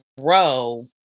grow